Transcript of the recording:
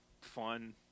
fun